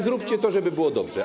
Zróbcie to, żeby było dobrze.